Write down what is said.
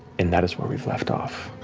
and that is where we've left off.